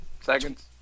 seconds